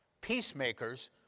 Peacemakers